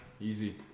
easy